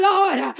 Lord